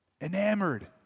Enamored